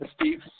Steve